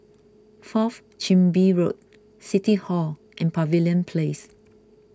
Fourth Chin Bee Road City Hall and Pavilion Place